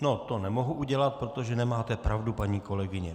No, to nemohu udělat, protože nemáte pravdu, paní kolegyně.